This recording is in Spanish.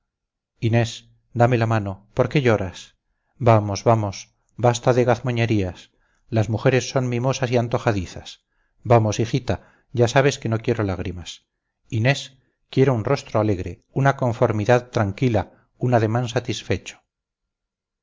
desgraciado inés dame la mano por qué lloras vamos vamos basta de gazmoñerías las mujeres son mimosas y antojadizas vamos hijita ya sabes que no quiero lágrimas inés quiero un rostro alegre una conformidad tranquila un ademán satisfecho